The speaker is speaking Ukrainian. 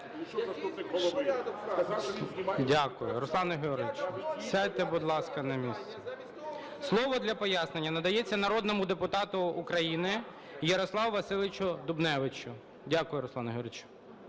Дякую. Руслане Георгійовичу, сядьте, будь ласка, на місце. Слово для пояснення надається народному депутату України Ярославу Васильовичу Дубневичу. Дякую, Руслан Георгійович.